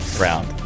round